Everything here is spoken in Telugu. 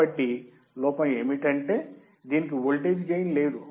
కాబట్టి లోపం ఏమిటంటే దీనికి వోల్టేజ్ గెయిన్ లేదు